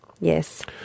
Yes